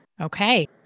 Okay